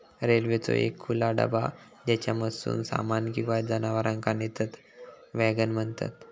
रेल्वेचो एक खुला डबा ज्येच्यामधसून सामान किंवा जनावरांका नेतत वॅगन म्हणतत